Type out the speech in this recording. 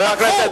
תתפכחו.